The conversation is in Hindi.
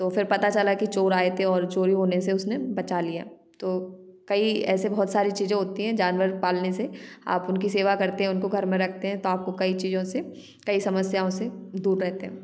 तो फिर पता चला कि चोर आए थे और चोरी होने से उसने बचा लिया तो कई ऐसे बहुत सारी चीजें होती हैं जानवर पालने से आप उनकी सेवा करते हैं उनको घर में रखते हैं तो आपको कई चीजों से कई समस्याओं से दूर रहते हैं